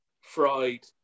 fried